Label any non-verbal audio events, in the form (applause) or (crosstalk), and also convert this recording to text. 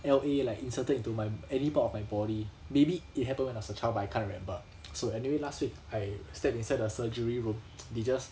L_A like inserted into my any part of my body maybe it happen when I was a child but I can't remember (noise) so anyway last week I I stepped inside the surgery room (noise) they just